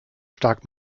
stark